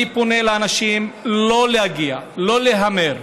אני פונה לאנשים לא להגיע, לא להמר.